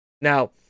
Now